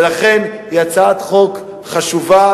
ולכן היא הצעת חוק חשובה,